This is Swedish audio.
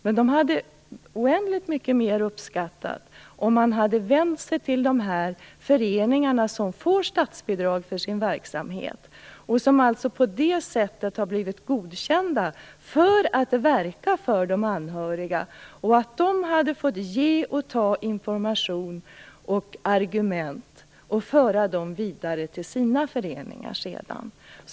Men de hade uppskattat oändligt mycket mer om man hade vänt sig till de föreningar som får statsbidrag för sin verksamhet och på det sättet har blivit godkända att verka för de anhöriga. De hade uppskattat om de hade fått ge och ta information och argument och föra dem vidare till sina föreningar.